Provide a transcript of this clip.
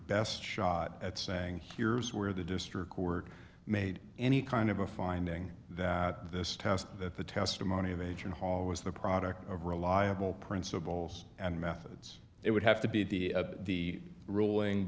best shot at saying here's where the district court made any kind of a finding that this task that the testimony of agent hall was the product of reliable principles and methods it would have to be the a the ruling